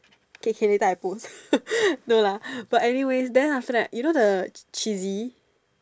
K K later I post no lah but anyways then after that you know the cheesy